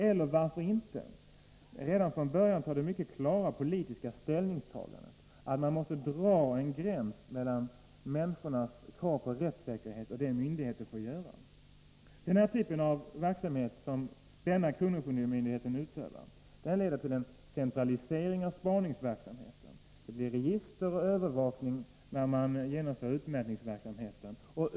Eller varför inte redan från början göra det mycket klara politiska ställningstagandet att dra en gräns mellan människornas krav på rättssäkerhet och det som myndigheter får göra? Den typ av verksamhet som den aktuella kronofogdemyndigheten utövar leder till en centralisering av spaningsverksamheten. Det blir register och övervakning när man genomför utmätningsverksamheten.